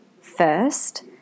first